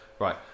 right